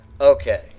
Okay